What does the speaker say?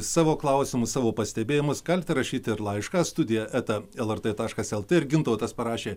savo klausimus savo pastebėjimus galite rašyti ir laišką studija eta lrt taškas lt ir gintautas parašė